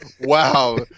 Wow